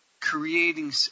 creating